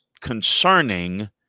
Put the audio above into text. Concerning